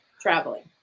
traveling